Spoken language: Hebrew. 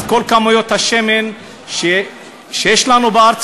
אז כל כמויות השמן שיש לנו בארץ,